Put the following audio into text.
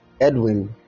Edwin